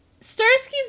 Starsky's